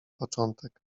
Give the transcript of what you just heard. początek